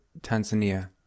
Tanzania